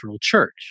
church